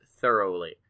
thoroughly